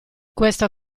questo